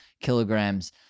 kilograms